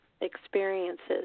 experiences